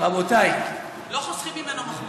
לא חוסכים ממנו מחמאות.